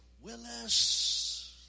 Willis